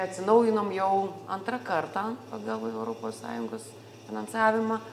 atsinaujinom jau antrą kartą pagal europos sąjungos finansavimą